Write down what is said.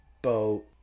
boat